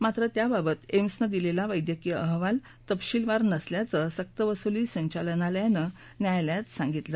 मात्र त्याबाबत एम्सनं दिलेला वैद्यकीय अहवाल तपशीलवार नसल्याचं सक्तवसुली संचालनालयानं न्यायालयात सांगितलं